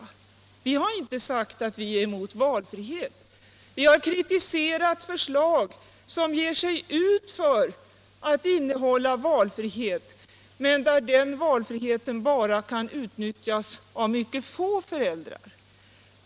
Vi har inte sagt att vi är mot valfrihet. Vi har kritiserat förslag som ger sig ut för att innehålla valfrihet men där den valfriheten bara kan utnyttjas av mycket få föräldrar.